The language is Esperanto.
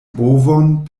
bovon